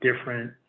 different